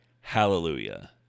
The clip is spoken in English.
hallelujah